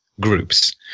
groups